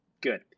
Good